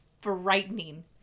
frightening